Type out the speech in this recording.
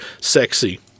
sexy